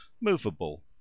movable